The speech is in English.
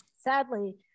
Sadly